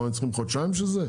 למה, הם צריכים חודשיים בשביל זה?